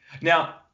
Now